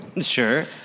Sure